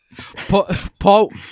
Paul